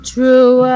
True